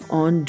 on